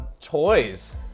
toys